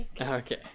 Okay